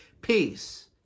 peace